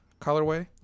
colorway